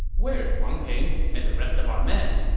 where's wang ping and the rest of our men?